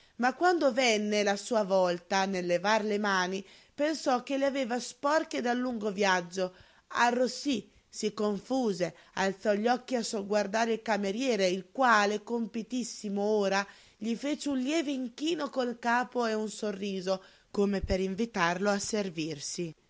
ma quando venne la sua volta nel levar le mani pensò che le aveva sporche dal lungo viaggio arrossí si confuse alzò gli occhi a sogguardare il cameriere il quale compitissimo ora gli fece un lieve inchino col capo e un sorriso come per invitarlo a servirsi